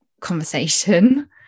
conversation